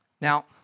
Now